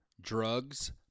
Drugs